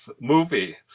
movie